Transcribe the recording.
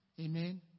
Amen